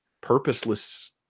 purposeless